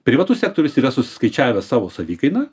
privatus sektorius yra susiskaičiavęs savo savikainą